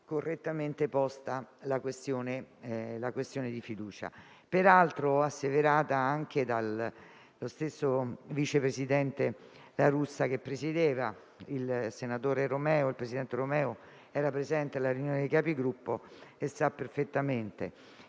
correttamente posta la questione di fiducia, peraltro asseverata anche dallo stesso vice presidente La Russa che presiedeva. Il presidente Romeo era presente alla riunione dei Capigruppo e lo sa perfettamente.